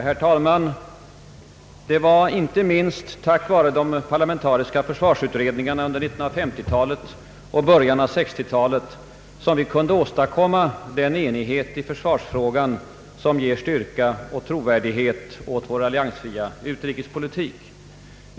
Herr talman! Det var inte minst tack vare de parlamentariska försvarsutredningarna under 1950-talet och början av 1960-talet som vi kunde åstadkomma den enighet i försvarsfrågan som ger styrka och trovärdighet åt vår alliansfria utrikespolitik.